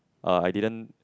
uh I didn't